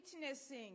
witnessing